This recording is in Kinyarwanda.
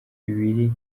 ibiri